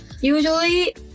Usually